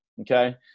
okay